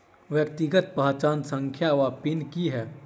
व्यक्तिगत पहचान संख्या वा पिन की है?